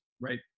right